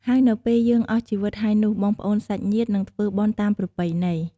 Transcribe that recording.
ហើយនៅពេលយើងអស់ជីវីតហើយនោះបងប្អួនសាច់ញាត្តិនិងធ្វើបុណ្យតាមប្រពៃណី។